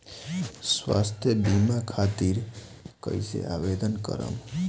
स्वास्थ्य बीमा खातिर कईसे आवेदन करम?